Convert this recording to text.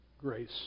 grace